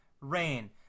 rain